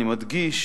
אני מדגיש